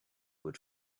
would